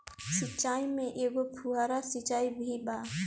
सिचाई में एगो फुव्हारा सिचाई भी बा